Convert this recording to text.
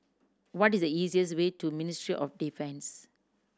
what is the easiest way to Ministry of Defence